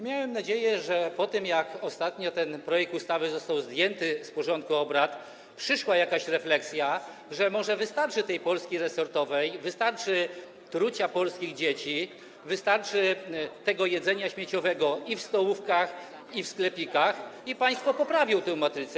Miałem nadzieję, że po tym, jak ostatnio ten projekt ustawy został zdjęty z porządku obrad, przyszła jakaś refleksja, że może wystarczy tej Polski resortowej, wystarczy trucia polskich dzieci, wystarczy tego jedzenia śmieciowego i w stołówkach, i w sklepikach, i państwo poprawią tę matrycę.